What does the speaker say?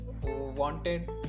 Wanted